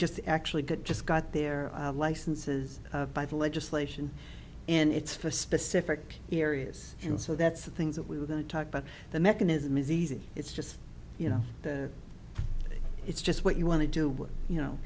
just actually could just got their licenses by the legislation and it's for specific areas and so that's the things that we were going to talk but the mechanism is easy it's just you know it's just what you want to do what you know